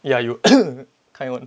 ya you kind [one]